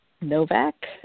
Novak